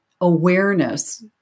awareness